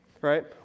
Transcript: right